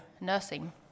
nursing